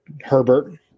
Herbert